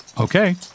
Okay